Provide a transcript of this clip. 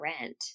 rent